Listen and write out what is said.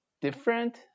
different